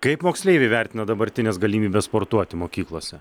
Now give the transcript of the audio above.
kaip moksleiviai vertina dabartines galimybes sportuoti mokyklose